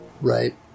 Right